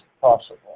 possible